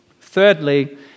Thirdly